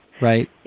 right